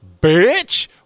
bitch